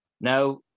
now